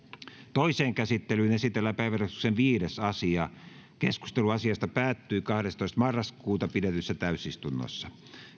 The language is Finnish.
toiseen käsittelyyn esitellään päiväjärjestyksen viides asia keskustelu asiasta päättyi kahdestoista yhdettätoista kaksituhattayhdeksäntoista pidetyssä täysistunnossa